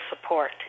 support